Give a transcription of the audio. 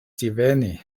diveni